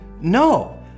No